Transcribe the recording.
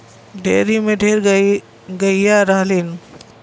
dairy में ढेर गइया रहलीन